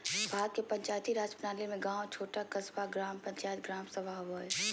भारत के पंचायती राज प्रणाली में गाँव छोटा क़स्बा, ग्राम पंचायत, ग्राम सभा होवो हइ